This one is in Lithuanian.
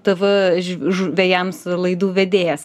tv žu žvejams laidų vedėjas